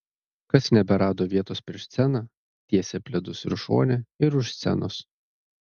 kas neberado vietos prieš sceną tiesė pledus ir šone ir už scenos